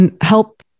help